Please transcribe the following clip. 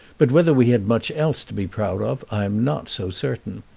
but whether we had much else to be proud of i am not so certain.